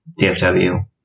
DFW